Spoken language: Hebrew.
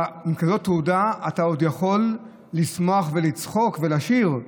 עם כזאת תעודה אתה עוד יכול לשמוח ולצחוק ולשיר?